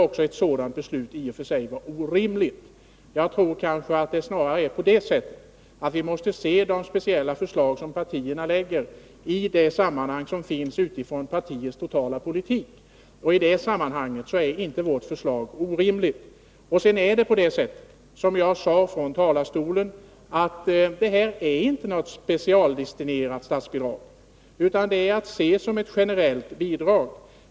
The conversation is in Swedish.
Också ett sådant beslut skulle väl vara orimligt. Jag tror att vi snarare måste se de speciella förslag som partierna lägger fram i ett sammanhang, med utgångspunkt i partiernas totala politik. Och i det sammanhanget är inte vårt förslag orimligt. Sedan är inte detta, som jag sade från talarstolen, något specialdestinerat statsbidrag, utan det är att se som ett generellt bidrag.